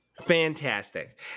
Fantastic